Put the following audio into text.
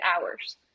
hours